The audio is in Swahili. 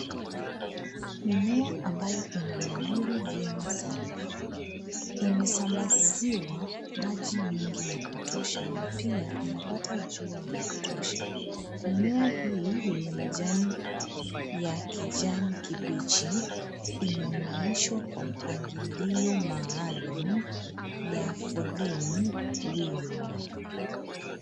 Mimea ambayo inanawiri vyema sana imesambaziwa maji mengi ya kutosha na pia inapata jua ya kutosha. Mimea hii yenye majani ya kijani kibichi imemeeshwa kwa mpangilio maalum ya foleni wima.